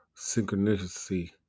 synchronicity